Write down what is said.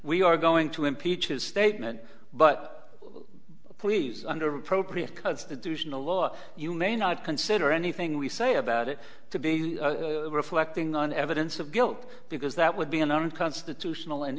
we are going to impeach his statement but please under pro create constitutional law you may not consider anything we say about it to be reflecting on evidence of guilt because that would be an unconstitutional and